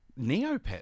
Neopets